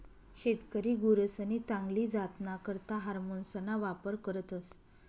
शेतकरी गुरसनी चांगली जातना करता हार्मोन्सना वापर करतस